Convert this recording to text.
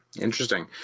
Interesting